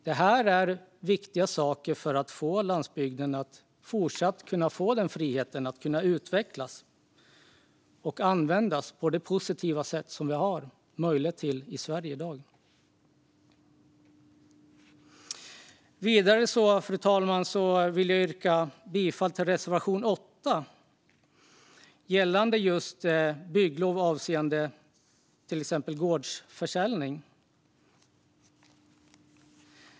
Det här är viktiga saker för att landsbygden ska kunna fortsätta att utvecklas på ett för Sverige positivt sätt i dag. Fru talman! Jag vill yrka bifall till reservation 8 om bygglov i samband med gårdsförsäljning.